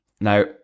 Now